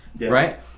right